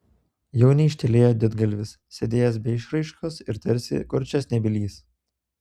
jau neištylėjo didgalvis sėdėjęs be išraiškos ir tarsi kurčias nebylys